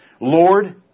Lord